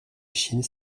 chine